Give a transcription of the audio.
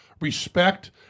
respect